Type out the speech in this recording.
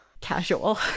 casual